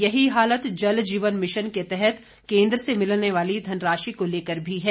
यही हालत जलजीवन मिशन के तहत केंद्र से मिलने वाली धनराशी को लेकर भी है